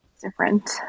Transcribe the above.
Different